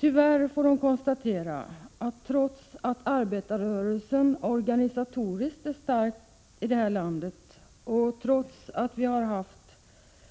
Tyvärr får hon konstatera att trots att arbetarrörelsen organisatoriskt är stark i det här landet och trots att vi har haft